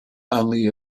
only